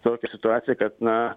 tokia situacija kad na